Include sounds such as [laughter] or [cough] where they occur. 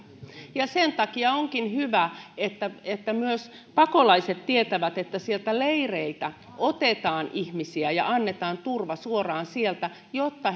sen takia onkin hyvä että että myös pakolaiset tietävät että sieltä leireiltä otetaan ihmisiä ja annetaan turva suoraan sieltä jotta [unintelligible]